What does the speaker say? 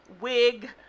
wig